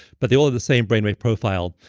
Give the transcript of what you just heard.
but they all have the same brain wave profile.